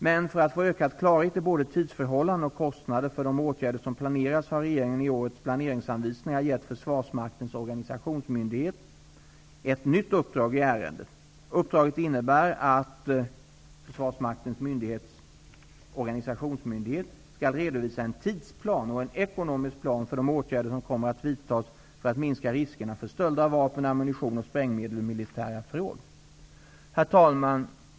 Men för att få en ökad klarhet i både tidsförhållanden och kostnader för de åtgärder som planeras har regeringen i årets planeringsanvisningar gett ett nytt uppdrag i ärendet. Uppdraget innebär att FMO skall redovisa en tidsplan och en ekonomisk plan för de åtgärder som kommer att vidtas för att minska riskerna för stölder av vapen, ammunition och sprängsmedel ur militära förråd. Herr talman!